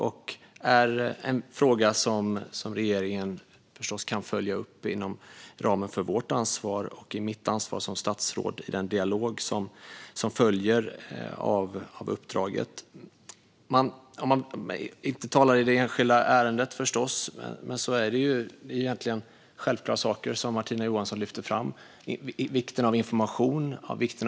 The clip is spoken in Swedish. Det är en fråga som regeringen kan följa upp inom ramen för vårt ansvar och mitt ansvar som statsråd i den dialog som följer av uppdraget. Jag talar förstås inte om det enskilda ärendet. Men det är egentligen självklara saker som Martina Johansson lyfter fram. Det handlar om vikten av information och dialog.